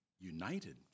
united